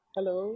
Hello